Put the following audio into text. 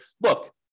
look